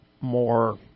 more